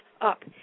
up